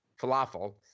Falafel